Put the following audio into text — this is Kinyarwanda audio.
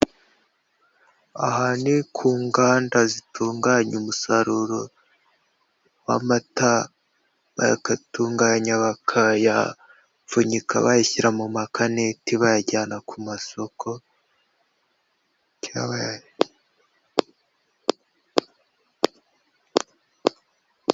Aha ni ku nganda zitunganya umusaruro w'amata; bakayatunganya, bakayapfunyika, bayashyira mu makaneti, bayajyana ku masoko